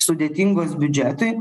sudėtingos biudžetui